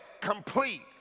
complete